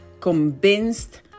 convinced